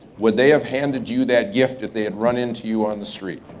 would they have handed you that gift, if they had run into you on the street?